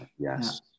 yes